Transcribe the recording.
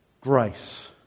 grace